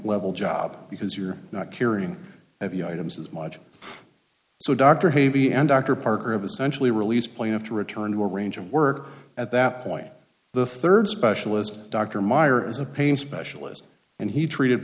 level job because you're not carrying heavy items as much so dr havey and dr parker have essentially released play after return to a range of work at that point the third specialist dr meyer is a pain specialist and he treated